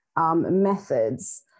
methods